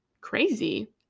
crazy